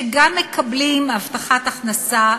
שגם מקבלים הבטחת הכנסה,